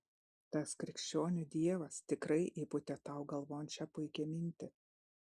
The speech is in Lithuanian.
tas krikščionių dievas tikrai įpūtė tau galvon šią puikią mintį